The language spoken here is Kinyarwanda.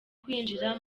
kwinjira